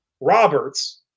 Roberts